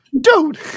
dude